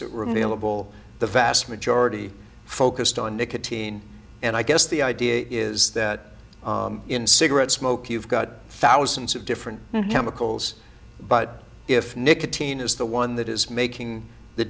renewable the vast majority focused on nicotine and i guess the idea is that in cigarette smoke you've got thousands of different chemicals but if nicotine is the one that is making the